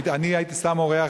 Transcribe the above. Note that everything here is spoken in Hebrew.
אני הייתי סתם אורח,